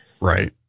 Right